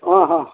ಹಾಂ ಹಾಂ